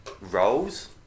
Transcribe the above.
roles